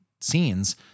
scenes